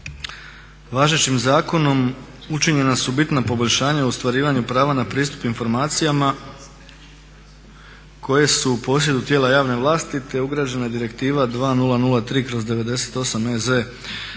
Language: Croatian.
Važećim zakonom učinjena su bitna poboljšanja u ostvarivanju prava na pristup informacijama koje su u posjedu tijela javne vlasti, te ugrađena Direktiva 2003/98EZ